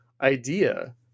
idea